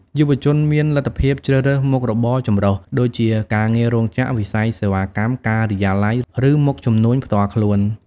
យុវជនមានលទ្ធភាពជ្រើសរើសមុខរបរចម្រុះ ដូចជាការងាររោងចក្រ វិស័យសេវាកម្ម ការិយាល័យ ឬមុខជំនួញផ្ទាល់ខ្លួន។